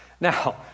Now